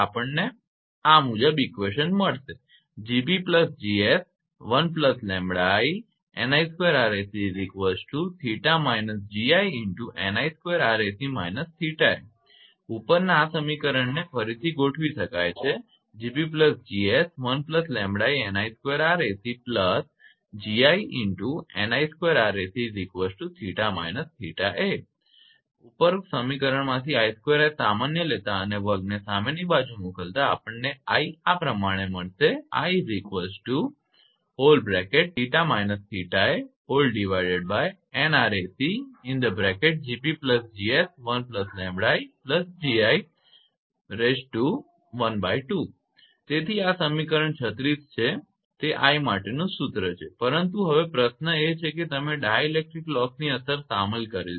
આપણને આ મળશે ઉપરના સમીકરણને આ રીતે ફરીથી ગોઠવી શકાય છે ઉપરોક્ત સમીકરણમાંથી 𝐼2 સામાન્ય લેતા અને વર્ગને સામેની બાજુ મોકલતા આપણને આ મળશે તેથી આ સમીકરણ 36 છે તે I માટેનું સૂત્ર છે પરંતુ હવે પ્રશ્ન એ છે કે તમે ડાઇલેક્ટ્રિક લોસની અસર સામેલ કરી છે